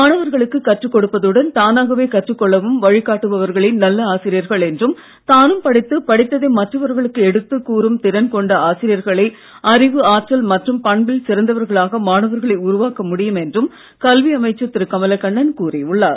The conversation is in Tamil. மாணவர்களுக்கு கற்றுக் கொடுப்பதுடன் தானாகவே கற்றுக் கொள்ளவும் வழிகாட்டுபவர்களே நல்ல ஆசிரியர்கள் என்றும் தானும் படித்து படித்ததை மற்றவர்களுக்கு எடுத்துக் கூறும் திறன் கொண்ட ஆசிரியர்களே அறிவு ஆற்றல் மற்றும் பண்பில் சிறந்தவர்களாக மாணவர்களை உருவாக்க முடியும் என்றும் கல்வி அமைச்சர் திரு கமலக்கண்ணன் கூறி உள்ளார்